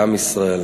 לעם ישראל.